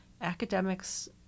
Academics